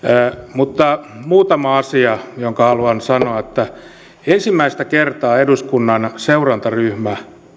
mutta muutama asia jonka haluan sanoa ensimmäistä kertaa eduskunnan seurantaryhmä